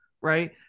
right